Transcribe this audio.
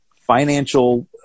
financial